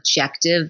objective